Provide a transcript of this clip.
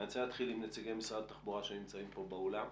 אני רוצה להתחיל עם נציגי משרד התחבורה שנמצאים פה באולם,